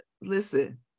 listen